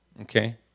okay